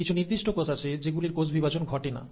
কিছু নির্দিষ্ট কোষ আছে যেগুলির কোষ বিভাজন ঘটে না